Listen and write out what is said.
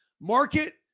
market